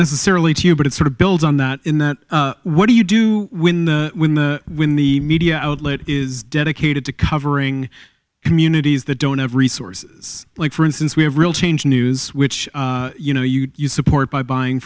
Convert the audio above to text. necessarily to you but it sort of builds on that in that what do you do when the when the when the media outlet is dedicated to covering communities that don't have resources like for instance we have real change news which you know you you support by buying